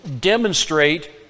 demonstrate